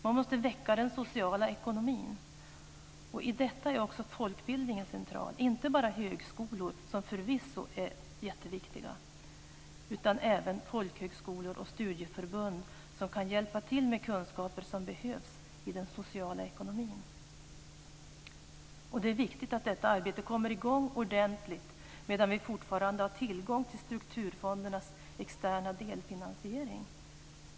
Man måste väcka den sociala ekonomin. I detta är också folkbildningen central, inte bara högskolor som förvisso är jätteviktiga utan även folkhögskolor och studieförbund som kan hjälpa till med kunskaper som behövs i den sociala ekonomin. Det är viktigt att detta arbete kommer i gång ordentligt medan vi fortfarande har tillgång till strukturfondernas externa delfinansiering.